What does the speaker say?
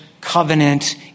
covenant